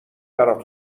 برات